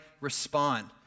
respond